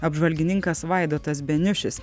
apžvalgininkas vaidotas beniušis